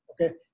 okay